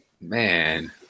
man